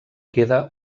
queda